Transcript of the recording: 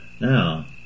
Now